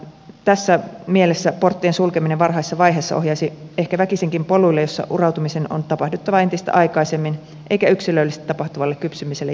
tässä mielessä porttien sulkeminen varhaisessa vaiheessa ohjaisi ehkä väkisinkin poluille joilla urautumisen on tapahduttava entistä aikaisemmin eikä yksilöllisesti tapahtuvalle kypsymiselle jää niinkään aikaa